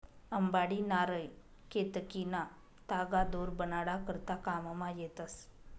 अंबाडी, नारय, केतकीना तागा दोर बनाडा करता काममा येतस